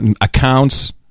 accounts